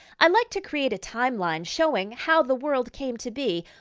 i like to create a timeline showing how the world came to be.